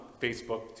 facebook